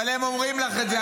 אבל הם אומרים לך את זה.